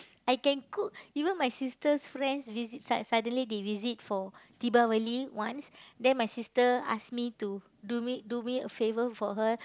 I can cook even my sister's friend visit sudden suddenly they visit for Deepavali once then my sister ask me to do me do me a favour for her